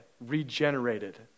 regenerated